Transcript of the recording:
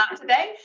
today